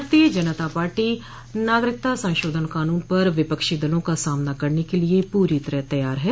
भारतीय जनता पार्टी नागरिकता संशोधन कानून पर विपक्षी दलों का सामना करने के लिये पूरी तरह तैयार है